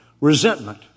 Resentment